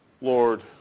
Lord